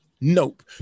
nope